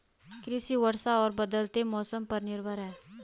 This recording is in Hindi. कृषि वर्षा और बदलते मौसम पर निर्भर है